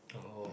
oh